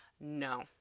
No